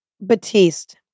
Batiste